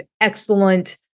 excellent